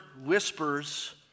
whispers